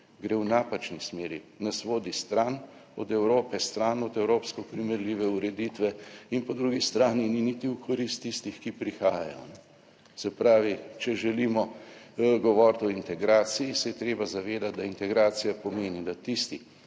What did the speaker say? gre v napačni smeri, nas vodi stran od Evrope, stran od evropsko primerljive ureditve in po drugi strani ni niti v korist tistih, ki prihajajo. Se pravi, če želimo govoriti o integraciji, se je treba zavedati, da integracija pomeni, da tisti,